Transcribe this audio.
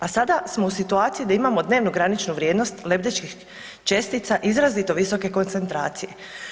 A sada smo u situaciji da imamo dnevnu graničnu vrijednost lebdećih čestica izrazito visoke koncentracije.